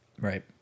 right